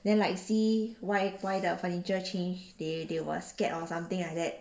then like see why why their furniture change they they will scared or something like that